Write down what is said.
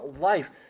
life